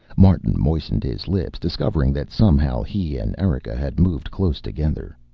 martin moistened his lips, discovering that somehow he and erika had moved close together.